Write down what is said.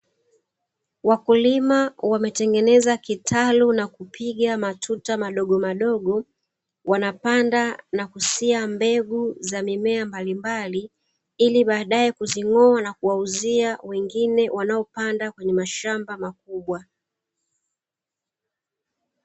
Wakulima wametengeneza kitalu na kupiga matuta madogomadogo wanapanda na kusia mbegu za mimea mbalimbali, ili baadae kuzing'oa na kuwauzia wengine wanaopanda kwenye mashamba makubwa.